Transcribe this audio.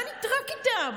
מה נטרק איתם?